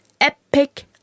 epic